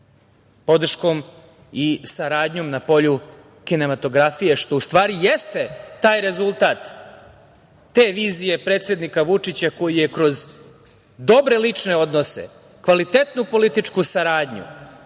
podrškom i saradnjom na polju kinematografije, što u stvari jeste taj rezultat, te vizije predsednika Vučića koji je kroz dobre lične odnose, kvalitetnu političku saradnju,